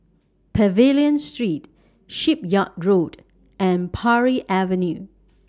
Pavilion Street Shipyard Road and Parry Avenue